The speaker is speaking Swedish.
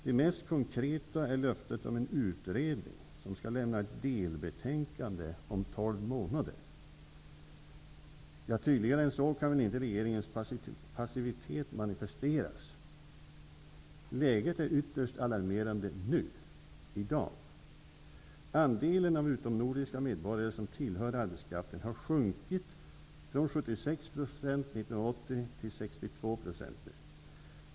Det mest konkreta är löftet om en utredning, som skall lämna ett delbetänkande om tolv månader. Tydligare än så kan väl inte regeringens passivitet manifesteras. Läget är ytterst alarmerande nu, i dag. Andelen av utomnordiska medborgare som tillhör arbetskraften har sjunkit från 76 % 1980 till 62 % nu.